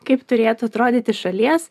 kaip turėtų atrodyti šalies